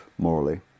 morally